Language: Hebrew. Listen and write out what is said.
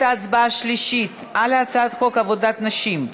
58 חברי כנסת בעד,